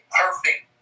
perfect